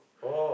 oh